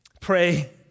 Pray